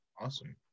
Awesome